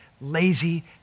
lazy